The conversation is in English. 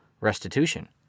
restitution